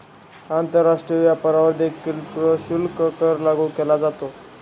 आंतरराष्ट्रीय व्यापारावर देखील प्रशुल्क कर लागू केला जातो